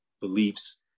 beliefs